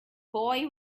boy